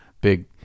big